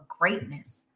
greatness